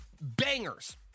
bangers